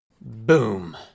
Boom